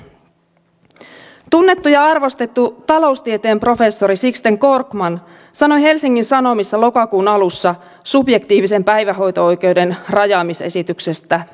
tunnettu ja arvostettu taloustieteen professori sixten korkman sanoi helsingin sanomissa lokakuun alussa subjektiivisen päivähoito oikeuden rajaamisesityksestä näin